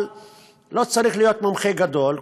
אבל לא צריך להיות מומחה גדול.